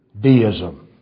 deism